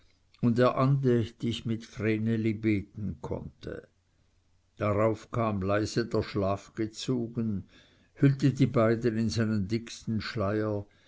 und er andächtig mit vreneli beten konnte darauf kam leise der schlaf gezogen hüllte die beiden in seinen dicksten schleier